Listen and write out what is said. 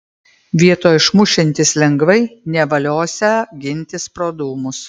vietoj išmušiantis lengvai nevaliosią gintis pro dūmus